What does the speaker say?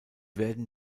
werden